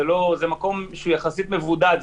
זה מקום שהוא יחסית מבודד,